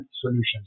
solutions